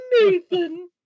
Nathan